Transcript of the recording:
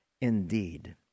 indeed